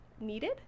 needed